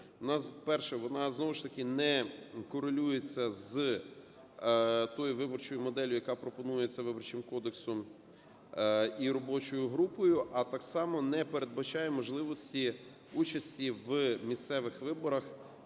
По-перше, вона, знову ж таки, не корелюється з тою виборчою моделлю, яка пропонується Виборчим кодексом і робочою групою, а так само не передбачає можливості участі в місцевих виборах